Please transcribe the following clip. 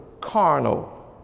carnal